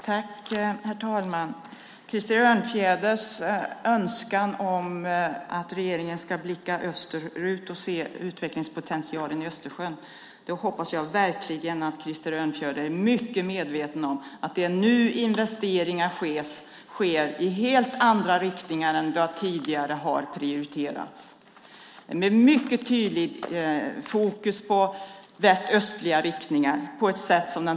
Herr talman! Krister Örnfjäders önskan är att regeringen ska blicka österut och se utvecklingspotentialen i Östersjön. Då hoppas jag verkligen att Krister Örnfjäder är medveten om att det nu görs investeringar i helt andra riktningar än de som den tidigare regeringen prioriterade med mycket tydligt fokus på den väst-östliga riktningen.